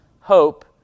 hope